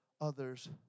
others